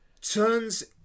turns